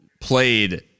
played